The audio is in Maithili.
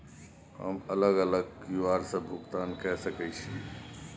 हम अलग अलग क्यू.आर से भुगतान कय सके छि?